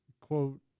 quote